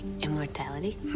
immortality